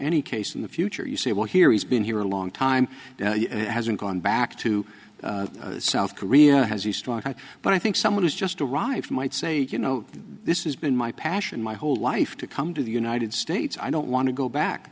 any case in the future you say well here he's been here a long time hasn't gone back to south korea has he struck out but i think someone has just arrived might say you know this has been my passion my whole life to come to the united states i don't want to go back